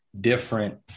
different